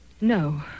No